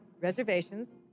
reservations